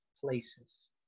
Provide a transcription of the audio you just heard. places